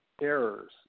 errors